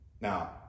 Now